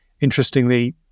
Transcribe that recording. interestingly